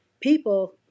people